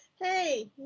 Hey